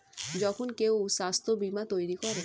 যখন কেউ স্বাস্থ্য বীমা তৈরী করে